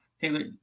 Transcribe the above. Taylor